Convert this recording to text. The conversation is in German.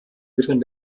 mitteln